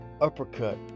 uppercut